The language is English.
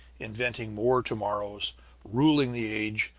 inventing more to-morrows ruling the age,